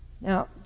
Now